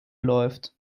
läuft